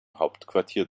hauptquartier